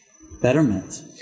betterment